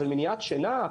אבל מניעת שינה,